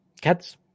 Kids